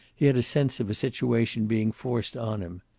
he had a sense of a situation being forced on him.